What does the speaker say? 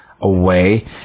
away